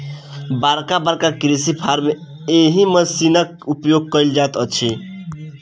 बड़का बड़का कृषि फार्म मे एहि मशीनक उपयोग कयल जाइत अछि